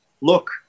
look